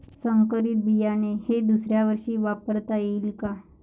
संकरीत बियाणे हे दुसऱ्यावर्षी वापरता येईन का?